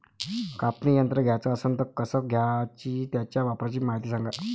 कापनी यंत्र घ्याचं असन त कस घ्याव? त्याच्या वापराची मायती सांगा